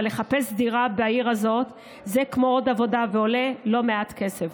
אבל לחפש דירה בעיר הזאת זה כמו עוד עבודה ועולה לא מעט כסף,